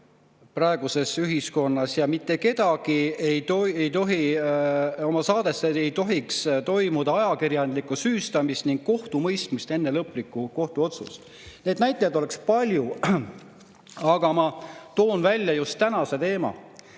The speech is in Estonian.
praeguses ühiskonnas ja saadetes ei tohiks toimuda mitte kellegi ajakirjanduslikku süüstamist ning kohtumõistmist enne lõplikku kohtuotsust. Neid näiteid oleks palju, aga ma toon välja just tänase teema.